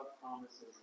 promises